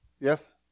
Yes